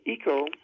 eco